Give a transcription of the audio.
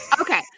Okay